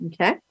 Okay